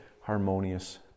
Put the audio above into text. harmonious